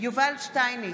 יובל שטייניץ,